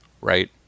right